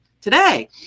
today